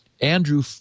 Andrew